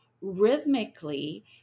rhythmically